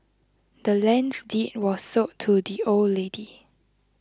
the land's deed was sold to the old lady